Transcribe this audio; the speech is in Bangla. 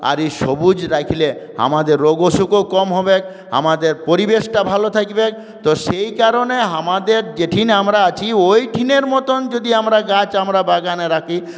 আর এই সবুজ রাখলে আমাদের রোগ অসুখও কম হবে আমাদের পরিবেশটা ভালো থাকবে তো সেই কারণে আমাদের যেঠিন আমরা আছি ঐ ঠিনের মতন যদি আমরা গাছ আমরা বাগানে রাখি